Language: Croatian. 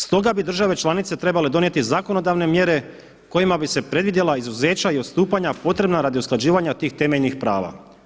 Stoga bi države članice trebale donijeti zakonodavne mjere kojima bi se predvidjela izuzeća i odstupanja potrebna radi usklađivanja tih temeljnih prava.